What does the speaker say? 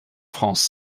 france